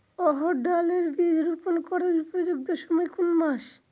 অড়হড় ডাল এর বীজ রোপন করার উপযুক্ত সময় কোন কোন মাস?